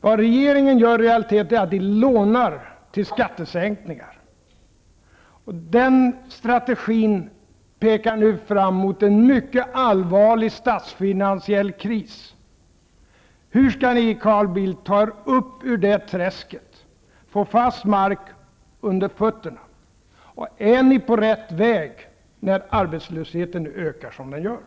Det regeringen i realiteten gör är att låna till skattesänkningar. Den strategin pekar nu fram emot en mycket allvarlig statsfinansiell kris. Hur skall ni, Carl Bildt, ta er upp ur träsket och få fast mark under fötterna? Är ni på rätt väg, när arbetslösheten ökar som den gör?